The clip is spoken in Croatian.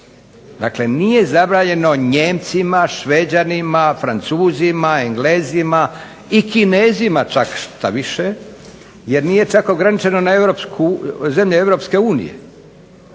Dakle nije zabranjeno Nijemcima, Šveđanima, Francuzima, Englezima i Kinezima čak štoviše jer nije čak ograničeno na zemlje Europske unije